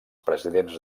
presidents